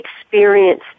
experience